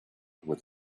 with